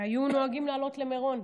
היו נוהגים לעלות למירון.